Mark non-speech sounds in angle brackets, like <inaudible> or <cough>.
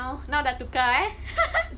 now dah tukar eh <laughs>